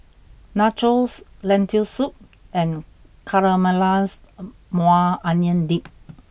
Nachos Lentil Soup and Caramelized Maui Onion Dip